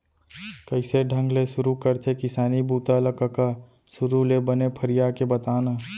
कइसे ढंग ले सुरू करथे किसानी बूता ल कका? सुरू ले बने फरिया के बता न